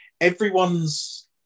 everyone's